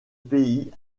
pays